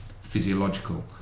physiological